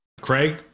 Craig